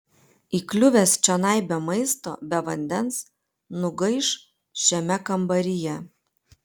įkliuvęs čionai be maisto be vandens nugaiš šiame kambaryje